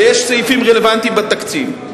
ויש סעיפים רלוונטיים בתקציב.